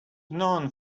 known